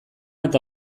eta